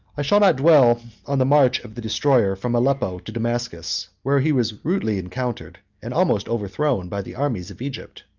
i shall not dwell on the march of the destroyer from aleppo to damascus, where he was rudely encountered, and almost overthrown, by the armies of egypt.